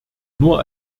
nur